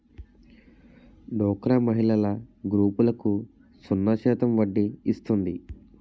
డోక్రా మహిళల గ్రూపులకు సున్నా శాతం వడ్డీ ఇస్తుంది